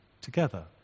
together